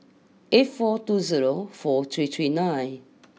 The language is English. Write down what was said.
eight four two zero four three three nine